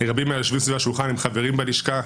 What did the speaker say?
רבים מהיושבים סביב השולחן הם חברים בלשכה,